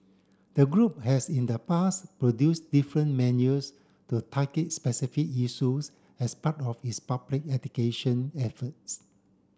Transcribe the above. the group has in the past produced different manuals to target specific issues as part of its public education efforts